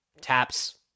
taps